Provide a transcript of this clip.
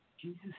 Jesus